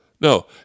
no